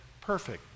perfect